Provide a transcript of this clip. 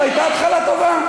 זו הייתה התחלה טובה.